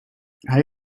hij